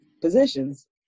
positions